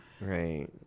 Right